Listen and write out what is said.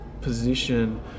position